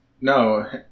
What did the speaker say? No